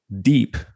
deep